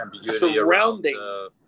surrounding